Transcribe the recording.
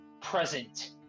present